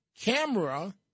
camera